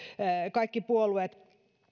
kaikki puolueet